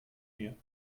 mir